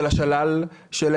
על השלל שלהם,